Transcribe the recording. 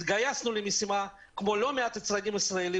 התגייסנו למשימה כמו לא מעט יצרנים ישראלים